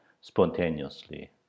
spontaneously